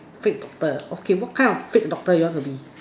fate doctor okay what kind of fate doctor you want to be